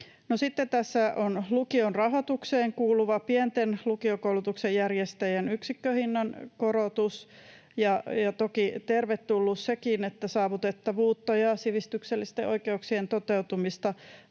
sitten tässä on lukion rahoitukseen kuuluva pienten lukiokoulutuksen järjestäjien yksikköhinnan korotus. Toki tervetullutta on sekin, että saavutettavuutta ja sivistyksellisten oikeuksien toteutumista